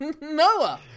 NOAH